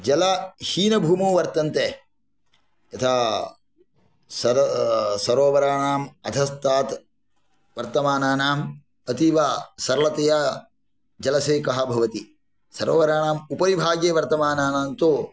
जलहीनभूमौ वर्तन्ते यथा सरोवराणाम् अधस्तात् वर्तमानानाम् अतीवसरलतया जलसेकः भवति सरोवराणाम् उपरिभागे वर्तमानानान्तु